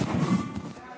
ההצעה